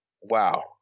wow